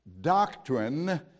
doctrine